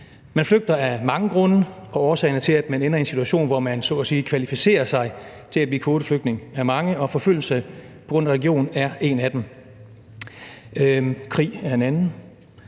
Man flygter af mange grunde, og årsagerne til, at man ender i en situation, hvor man så kvalificerer sig til at blive kvoteflygtning, er mange, og forfølgelse på grund af religion er en af dem. Krig er en anden.